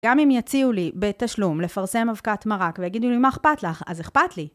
גם אם יציעו לי בתשלום לפרסם אבקת מרק ויגידו לי מה אכפת לך, אז אכפת לי.